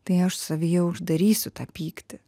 tai aš savyje uždarysiu tą pyktį